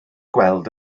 gweld